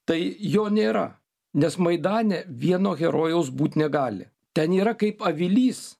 tai jo nėra nes maidane vieno herojaus būt negali ten yra kaip avilys